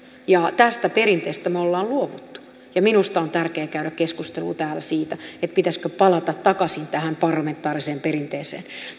tästä perinteestä me olemme luopuneet ja minusta on tärkeää käydä keskustelua täällä siitä pitäisikö palata takaisin tähän parlamentaariseen perinteeseen